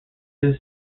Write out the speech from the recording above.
sue